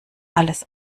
alles